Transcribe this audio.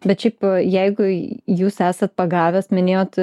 bet šiaip jeigu jūs esat pagavęs minėjot